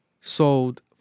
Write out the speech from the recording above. sold